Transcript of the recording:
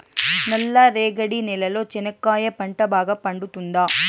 నల్ల రేగడి నేలలో చెనక్కాయ పంట బాగా పండుతుందా?